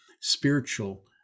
spiritual